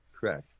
correct